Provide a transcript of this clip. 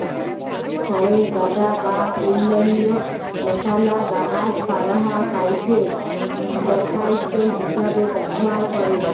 খড়ের গাদা বা অইল্যাল্য লতালা গাহাচপালহা কাইটে গখাইদ্য হিঁসাবে ব্যাভার ক্যরে